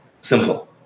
simple